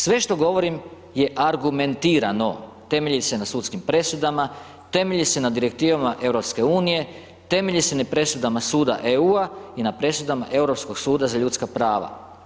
Sve što govorim je argumentirano, temelji se na sudskim presudama, temelji se na Direktivama EU, temelji se na presudama Suda EU-a i na presudama Europskog suda za ljudska prava.